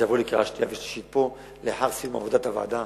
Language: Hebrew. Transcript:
זה יבוא לקריאה שנייה ושלישית פה לאחר סיום עבודת הוועדה